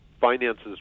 Finances